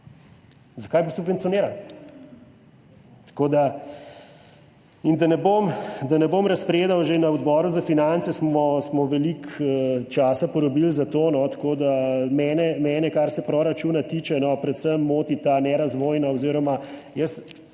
zakaj bi jo potem subvencionirali? Da ne bom razpredal, že na Odboru za finance smo veliko časa porabili za to, tako da mene, kar se proračuna tiče, predvsem moti ta nerazvojna oziroma,